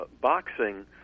boxing